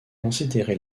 considéré